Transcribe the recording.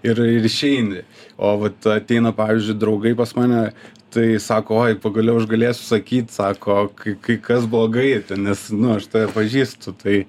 ir ir išeini o vat ateina pavyzdžiui draugai pas mane tai sako oi pagaliau aš galėsiu sakyt sako kai kai kas blogai nes nu aš tave pažįstu tai